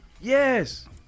Yes